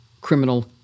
criminal